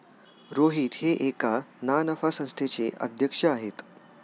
रोहित हे एका ना नफा संस्थेचे अध्यक्ष आहेत